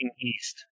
east